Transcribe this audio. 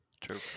True